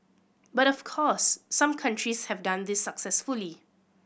but of course some countries have done this successfully